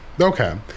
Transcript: okay